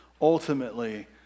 ultimately